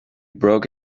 broke